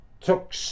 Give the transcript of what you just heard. took